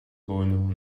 going